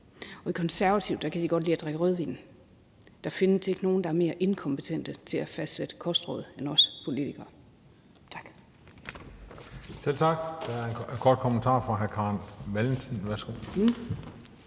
De Konservative kan de godt lide at drikke rødvin. Der findes ikke nogen, der er mere inkompetente til at fastlægge kostråd end os politikere. Tak.